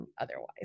otherwise